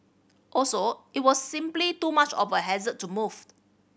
also it was simply too much of a hassle to move